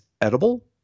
edible